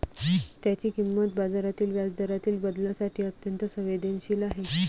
त्याची किंमत बाजारातील व्याजदरातील बदलांसाठी अत्यंत संवेदनशील आहे